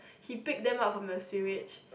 he picked them up from the sewers